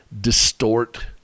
distort